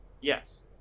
Yes